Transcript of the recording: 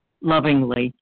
lovingly